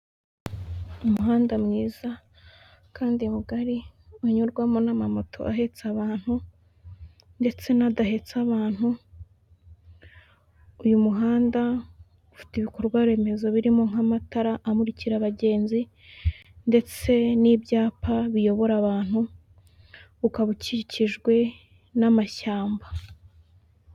Umuhanda mwiza kandi mugari unyurwamo na ma moto ahetse abantu ndetse nadahetse abantu uyumuhanda ufite ibikorwa remezo birimo nka matara amurikira abagenzi ndetse nibyapa biyobora abantu ukaba ukikijwe na mashyamba.